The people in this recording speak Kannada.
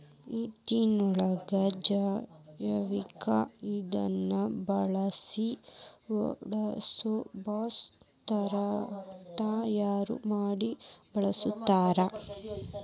ಇತ್ತಿತ್ತಲಾಗ ಜೈವಿಕ ಇಂದನಾ ಬಳಸಿ ಓಡಸು ಬಸ್ ತಯಾರ ಮಡಿ ಬಳಸಾಕತ್ತಾರ